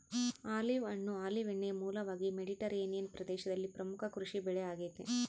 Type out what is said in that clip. olive ಹಣ್ಣು olive ಎಣ್ಣೆಯ ಮೂಲವಾಗಿ ಮೆಡಿಟರೇನಿಯನ್ ಪ್ರದೇಶದಲ್ಲಿ ಪ್ರಮುಖ ಕೃಷಿಬೆಳೆ ಆಗೆತೆ